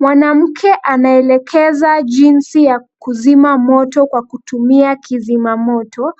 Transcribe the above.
Mwanamke anaelekeza jinsi ya kuzima moto kwa kutumia kizima moto.